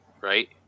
right